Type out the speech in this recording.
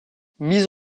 mise